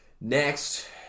Next